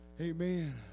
Amen